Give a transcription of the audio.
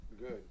Good